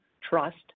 trust